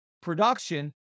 production